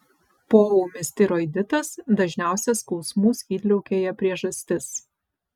poūmis tiroiditas dažniausia skausmų skydliaukėje priežastis